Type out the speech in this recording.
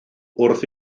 wrth